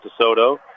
DeSoto